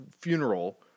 funeral